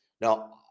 Now